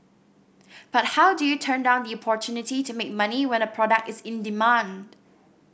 but how do you turn down the opportunity to make money when a product is in demand